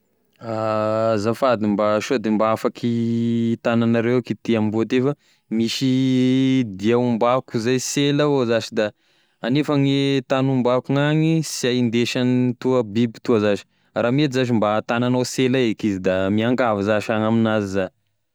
Azafady mba sao de mba afaky tagnanareo eky ty amboa ty fa misy dia hombako zay sy ela avao zash da anefa gne tagny hombako gn'agny sy hay indesa an'itoa biby toa zash, raha mety zash da tagnanao s'ela eky izy da miangavy zash ah gn'aminazy za.